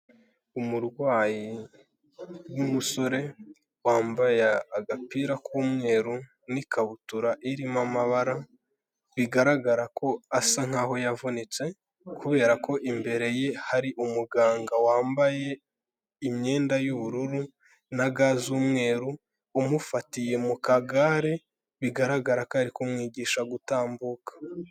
Umurwayi w'umusore wambaye agapira k'umweru n'ikabutura irimo amabara, bigaragara ko asa nkaho yavunitse kubera ko imbere ye hari umuganga wambaye imyenda y'ubururu na ga z'umweru umufatiye mu kagare bigaragara ko ari kumwigisha gutambuka.